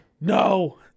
no